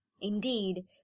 Indeed